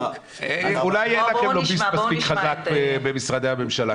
אולי אין לכם לוביסט מספיק חזק במשרדי הממשלה.